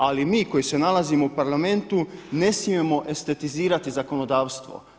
Ali mi koji se nalazimo u parlamentu ne smijemo estetizirati zakonodavstvo.